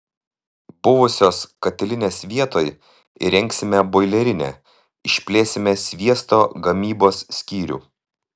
buvusios katilinės vietoj įrengsime boilerinę išplėsime sviesto gamybos skyrių